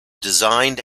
designed